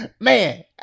Man